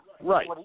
Right